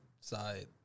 side